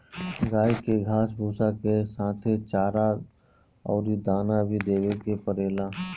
गाई के घास भूसा के साथे चारा अउरी दाना भी देवे के पड़ेला